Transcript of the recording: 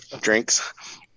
drinks